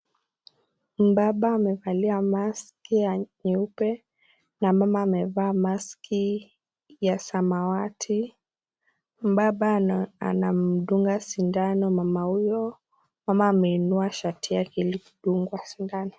aba amevalia mask ya nyeupe na mama amevaa mask ya samawati, baba anamdunga sindano mama huyo, mama ameinua shati lake ili kudungwa sindano.